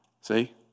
see